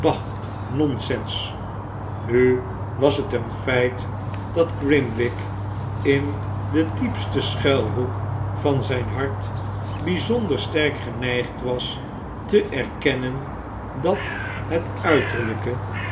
non sens nu was t een feit dat grimwig in den diepsten schuilhoek van zijn hart bijzonder sterk geneigd was te erkennen dat het uiterlijke